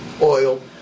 Oil